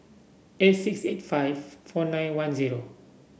eight six eight five four nine one zero